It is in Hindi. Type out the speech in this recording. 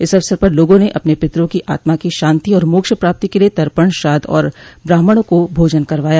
इस अवसर पर लोगों ने अपने पित्रों की आत्मा की शांति और मोक्ष प्राप्ति के लिये तर्पण श्राद्व और ब्राह्मणों को भोजन करवाया